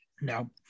no